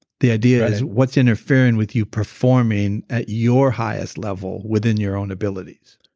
the idea is what's interfering with you performing at your highest level within your own abilities?